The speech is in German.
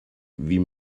wie